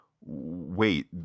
wait